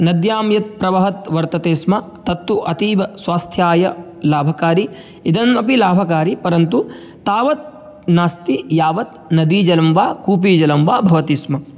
नद्यां यत् प्रवहत् वर्तते स्म तत् तु अतीवस्वास्थ्याय लाभकारी इदमपि लाभकारी परन्तु तावत् नास्ति यावत् नदीजलं वा कूपीजलं वा भवति स्म